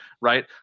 right